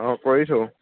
অঁ কৰিছোঁ